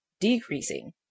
decreasing